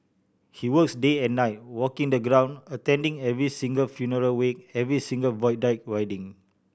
he works day and night walking the ground attending every single funeral wake every single Void Deck wedding